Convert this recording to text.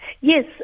Yes